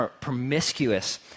promiscuous